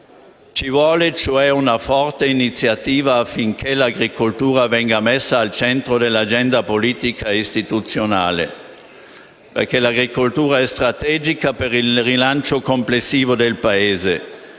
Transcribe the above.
occorrendo una forte iniziativa affinché l'agricoltura venga messa al centro dell'agenda politica e istituzionale. L'agricoltura è infatti strategica per il rilancio complessivo del Paese